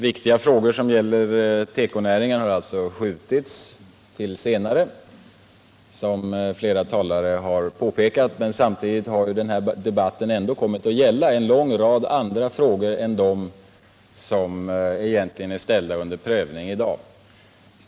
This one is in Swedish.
Viktiga frågor som gäller tekonäringen har alltså som flera talare påpekat skjutits till senare, men samtidigt har den här debatten kommit att gälla en lång rad andra frågor än dem som egentligen är ställda under prövning i dag.